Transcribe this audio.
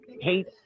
hate